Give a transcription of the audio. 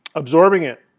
absorbing it.